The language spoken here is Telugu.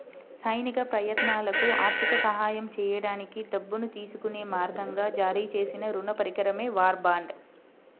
సైనిక ప్రయత్నాలకు ఆర్థిక సహాయం చేయడానికి డబ్బును తీసుకునే మార్గంగా జారీ చేసిన రుణ పరికరమే వార్ బాండ్